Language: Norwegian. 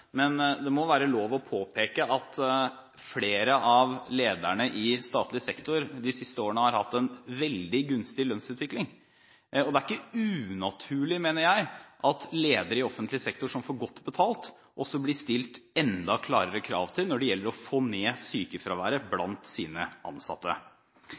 men det må være lov å påpeke at flere av lederne i statlig sektor de siste årene har hatt en veldig gunstig lønnsutvikling. Det er ikke unaturlig, mener jeg, at ledere i offentlig sektor som får godt betalt, blir stilt enda klarer krav til når det gjelder å få ned sykefraværet blant sine ansatte.